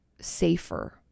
safer